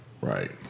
right